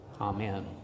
Amen